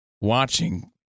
watching